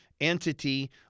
entity